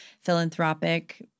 philanthropic